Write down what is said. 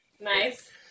Nice